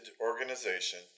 organization